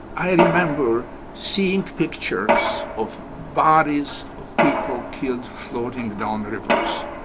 i remember seeing pictures of bodies of people killed floating down rivers.